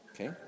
okay